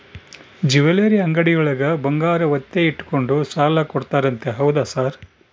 Jewellery ಅಂಗಡಿಯೊಳಗ ಬಂಗಾರ ಒತ್ತೆ ಇಟ್ಕೊಂಡು ಸಾಲ ಕೊಡ್ತಾರಂತೆ ಹೌದಾ ಸರ್?